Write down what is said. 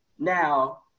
Now